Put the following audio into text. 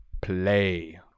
play